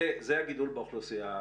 זה הגידול באוכלוסייה,